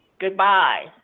goodbye